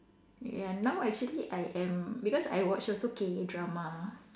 ya now actually I am because I watch also K drama